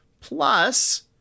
plus